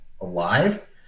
alive